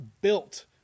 built